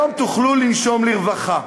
היום תוכלו לנשום לרווחה.